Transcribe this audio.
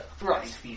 Right